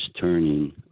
turning